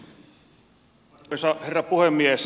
arvoisa herra puhemies